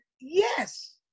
yes